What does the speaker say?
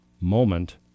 moment